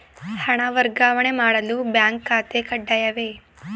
ಹಣ ವರ್ಗಾವಣೆ ಮಾಡಲು ಬ್ಯಾಂಕ್ ಖಾತೆ ಕಡ್ಡಾಯವೇ?